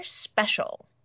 special